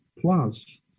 Plus